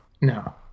no